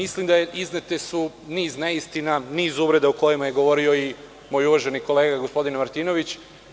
Izneto je niz neistina, niz uvreda, o kojima je govorio i moj uvaženi kolega gospodin Martinović.